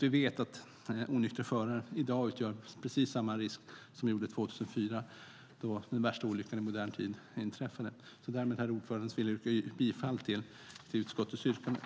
Vi vet att onyktra förare i dag utgör precis samma risk som 2004, då den värsta olyckan i modern tid inträffade. Därmed, herr ordförande, yrkar jag bifall till utskottets förslag.